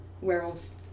werewolves